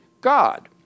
God